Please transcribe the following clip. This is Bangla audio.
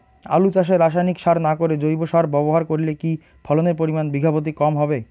আলু চাষে রাসায়নিক সার না করে জৈব সার ব্যবহার করলে কি ফলনের পরিমান বিঘা প্রতি কম হবে?